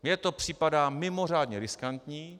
Mně to připadá mimořádně riskantní.